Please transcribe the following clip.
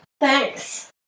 Thanks